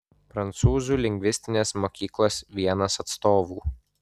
prancūzų lingvistinės mokyklos vienas atstovų